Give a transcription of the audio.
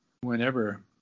whenever